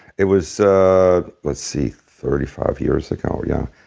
it was let's see. thirty five years ago, yeah,